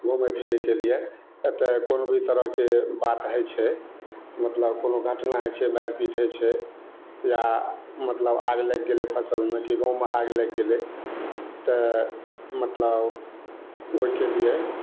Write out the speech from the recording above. घुमै फिरैके लिये एतऽ कोनो भी तरहके बात होइ छै मतलब कोनो घटना होइ छै मारि पीट होइ छै या मतलब आगि लगि गेलै फसलमे की गाँव मे आगि लागि गेलै तऽ मतलब ओहिके लिये